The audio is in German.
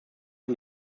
und